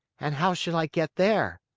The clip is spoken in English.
and how shall i get there?